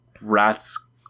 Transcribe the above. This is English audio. rats